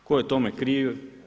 Tko je tome kriv?